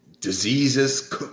diseases